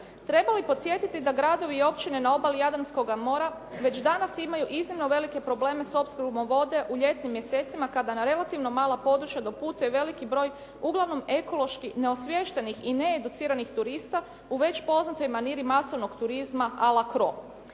Treba li podsjetiti da gradovi i općine na obali Jadranskoga mora, već danas imaju iznimno velike probleme s opskrbom vode u ljetnim mjesecima, kada na relativno mala područja doputuje veliki broj uglavnom ekoloških neosviještenih i needuciranih turista u već poznatoj maniri masovnog turizma a la Cro.